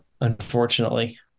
unfortunately